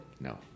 No